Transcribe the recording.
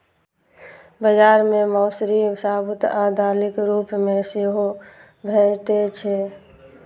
बाजार मे मौसरी साबूत आ दालिक रूप मे सेहो भैटे छै